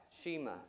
Shema